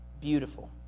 Beautiful